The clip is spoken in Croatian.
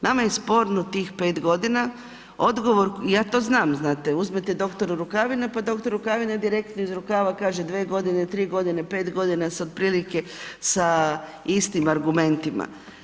Nama je sporno tih 5 godina, odgovor, ja to znam, znate, uzmete doktoru Rukavina, pa dr. Rukavina direktno iz rukava kaže 2 godine, 3 godine, 5 godina se otprilike sa istim argumentima.